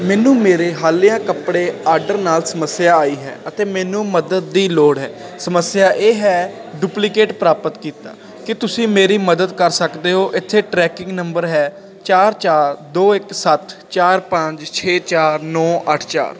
ਮੈਨੂੰ ਮੇਰੇ ਹਾਲਿਆ ਕੱਪੜੇ ਆਰਡਰ ਨਾਲ ਸਮੱਸਿਆ ਆਈ ਹੈ ਅਤੇ ਮੈਨੂੰ ਮਦਦ ਦੀ ਲੋੜ ਹੈ ਸਮੱਸਿਆ ਇਹ ਹੈ ਡੁਪਲੀਕੇਟ ਪ੍ਰਾਪਤ ਕੀਤਾ ਕੀ ਤੁਸੀਂ ਮੇਰੀ ਮਦਦ ਕਰ ਸਕਦੇ ਹੋ ਇੱਥੇ ਟ੍ਰੈਕਿੰਗ ਨੰਬਰ ਹੈ ਚਾਰ ਚਾਰ ਦੋ ਇੱਕ ਸੱਤ ਚਾਰ ਪੰਜ ਛੇ ਚਾਰ ਨੌ ਅੱਠ ਚਾਰ